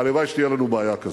הלוואי שתהיה לנו בעיה כזאת.